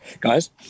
guys